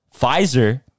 Pfizer